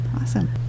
Awesome